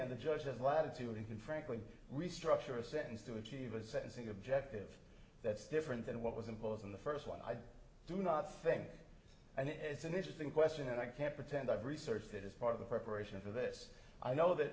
man the judge of latitude in franklin restructure a sentence to achieve a sentencing objective that's different than what was imposed in the first one i do not think and it's an interesting question and i can't pretend i've researched it as part of the preparation for this i know that